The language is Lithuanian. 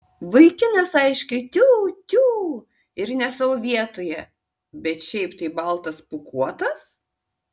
vaikinas aiškiai tiū tiū ir ne savo vietoje bet šiaip tai baltas pūkuotas